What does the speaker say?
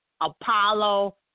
Apollo